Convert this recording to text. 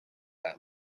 them